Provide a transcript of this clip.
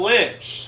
Lynch